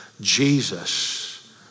Jesus